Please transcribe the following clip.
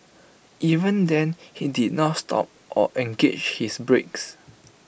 even then he did not stop or engaged his brakes